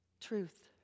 Truth